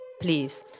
please